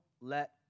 let